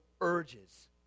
urges